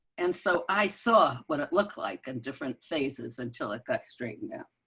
and so i saw what it looked like and different phases until it got straight, now.